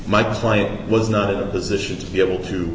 my client was not in a position to be able to